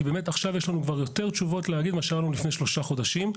כי עכשיו יש לנו כבר יותר תשובות להגיד מאשר היו לנו לפני שלושה חודשים.